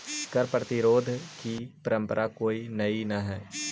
कर प्रतिरोध की परंपरा कोई नई न हई